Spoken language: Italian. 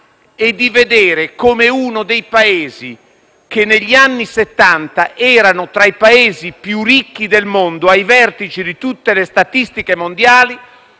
e di vedere come uno dei Paesi che negli anni Settanta era tra i più ricchi del mondo, ai vertici di tutte le statistiche mondiali,